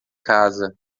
casa